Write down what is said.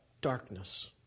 darkness